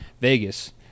Vegas